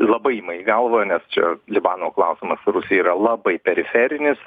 labai ima į galvą nes čia libano klausimas rusijai yra labai periferinis